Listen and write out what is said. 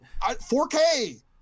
4K